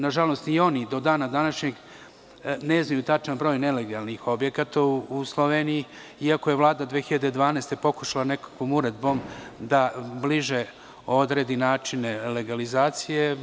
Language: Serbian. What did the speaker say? Nažalost, ni oni do dana današnjeg ne znaju tačan broj nelegalnih objekata u Sloveniji, iako je Vlada 2012. godine pokušala nekakvom uredbom da bliže odredi načine legalizacije.